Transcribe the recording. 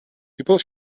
people